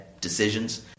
decisions